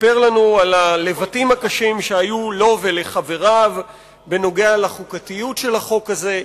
סיפר לנו על הלבטים הקשים שהיו לו ולחבריו בנוגע לחוקתיות של החוק הזה.